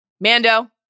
Mando